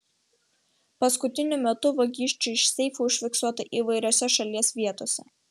paskutiniu metu vagysčių iš seifų užfiksuota įvairiose šalies vietose